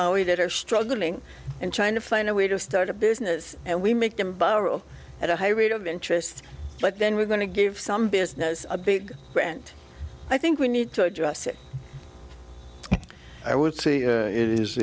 my way that are struggling and trying to find a way to start a business and we make them borrow at a high rate of interest but then we're going to give some business a big grant i think we need to address it i would say it is